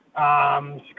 Scott